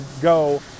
go